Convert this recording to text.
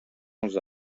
els